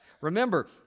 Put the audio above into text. Remember